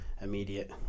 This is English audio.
immediate